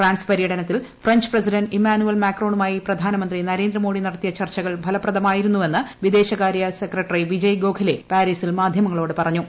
France പരൃടനത്തിൽ French president Emmanuel മാക്രോണുമായി പ്രധാനമന്ത്രി നരേന്ദ്ര മോദി നടത്തിയ ചർച്ചകൾ ഫലപ്രദമായിരുന്നുവെന്ന് വിദേശകാര്യ സെക്രട്ടറി വിജയ് ഗോഖലെ പാരീസിൽ മാധ്യമങ്ങളോട് പറഞ്ഞു